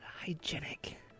hygienic